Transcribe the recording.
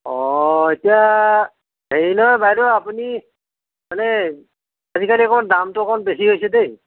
অঁ এতিয়া হেৰি নহয় বাইদেউ আপুনি মানে আজিকালি অকণমান দামটো অকণমান বেছি হৈছে দেই